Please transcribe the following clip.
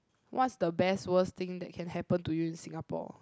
what's the best worst thing that can happen to you in Singapore